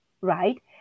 right